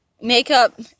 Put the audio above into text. Makeup